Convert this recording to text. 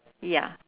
ya